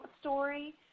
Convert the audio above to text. story